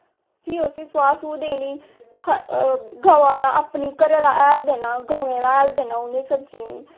फ्ही उसी सुआह सू देनी गवा दा अपनी घरा दा हैल देना गवें दा हैल देना उनें सब्जियें